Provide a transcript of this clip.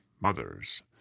mothers